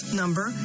number